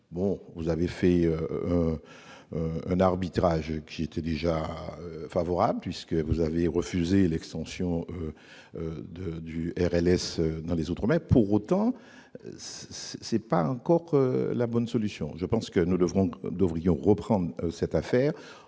Vous avez rendu un arbitrage qui nous était déjà favorable, puisque vous avez refusé l'extension du RLS dans les outre-mer. Pour autant, il ne s'agit pas encore de la bonne solution. Je pense que nous devrions y revenir lors de